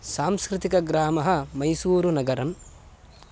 सांस्कृतिकग्रामः मैसूरुनगरम्